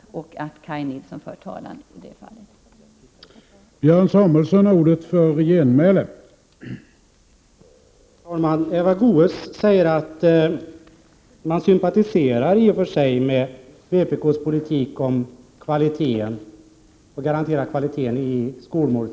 Som sagt är Kaj Nilsson vår talesman i den fråga reservationen gäller.